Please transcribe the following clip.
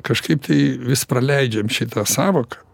kažkaip tai vis praleidžiam šitą sąvoką